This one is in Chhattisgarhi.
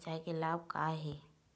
सिचाई के लाभ का का हे?